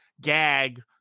gag